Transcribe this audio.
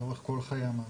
לאורך כל חיי המאגר.